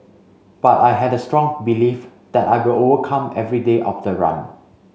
but I had a strong belief that I will overcome every day of the run